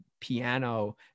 piano